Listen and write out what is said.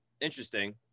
interesting